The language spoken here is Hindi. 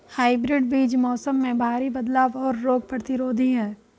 हाइब्रिड बीज मौसम में भारी बदलाव और रोग प्रतिरोधी हैं